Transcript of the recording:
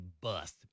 bust